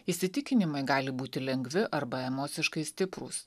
įsitikinimai gali būti lengvi arba emociškai stiprūs